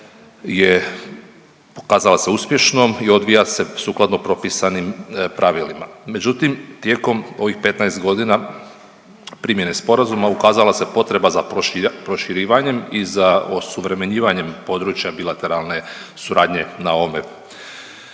je, pokazala se uspješnom i odvija se sukladno propisanim pravilima. Međutim, tijekom ovih 15 godina primjene Sporazuma, ukazala se potreba za proširivanjem i za osuvremenjivanjem područja bilateralne suradnje na ovom